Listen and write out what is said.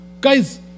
guys